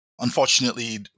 Unfortunately